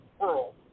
world